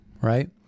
right